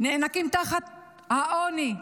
נאנקים תחת העוני.